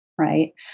right